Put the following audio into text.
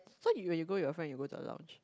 so when you go with your friend you go to a lounge